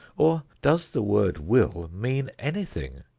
or, does the word will mean anything,